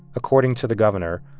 according to the governor,